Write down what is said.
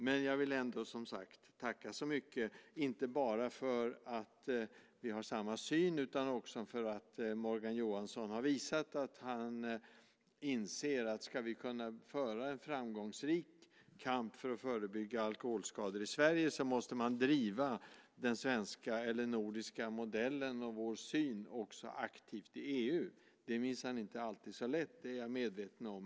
Men jag vill ändå, som sagt, tacka så mycket, inte bara för att vi har samma syn utan också för att Morgan Johansson har visat att han inser att ska vi kunna föra en framgångsrik kamp för att förebygga alkoholskador i Sverige måste man driva den nordiska modellen och vår syn aktivt också i EU. Det är minsann inte alltid så lätt. Det är jag medveten om.